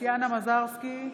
טטיאנה מזרסקי,